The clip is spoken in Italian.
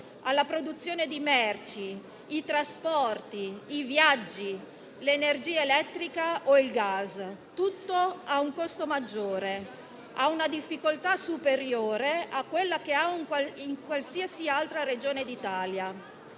alla produzione di merci, ai trasporti, ai viaggi, all'energia elettrica o al gas: tutto ha un costo maggiore e una difficoltà superiore a quelli di una qualsiasi altra Regione d'Italia.